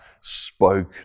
spoke